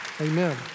Amen